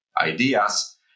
ideas